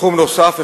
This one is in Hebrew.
תחום נוסף,